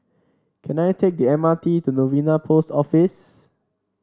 can I take the M R T to Novena Post Office